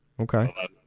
Okay